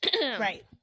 Right